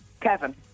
Kevin